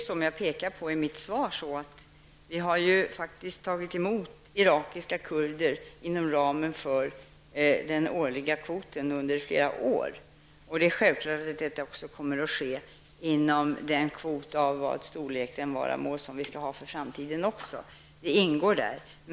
Som jag pekar på i mitt svar har vi faktiskt tagit emot irakiska kurder inom ramen för den årliga kvoten under flera år, och det är självklart att det kommer att ske inom ramen för den kvot -- vilken storlek den än må ha -- som vi skall ha också i framtiden. Det ingår där.